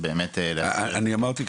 אני אמרתי,